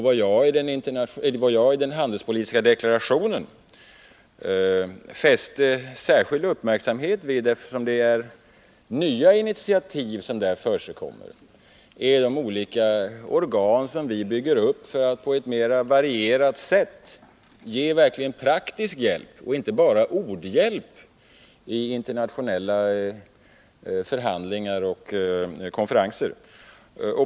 Vad jag i den handelspolitiska deklarationen fäster särskild uppmärksamhet vid, eftersom det är nya initiativ som där förekommer, är de olika organ som vi bygger upp för att på ett mera varierat sätt ge verklig praktisk hjälp och inte bara hjälp i ord i internationella förhandlingar och konferenser.